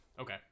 okay